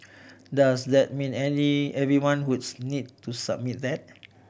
does that mean any everyone whose need to submit that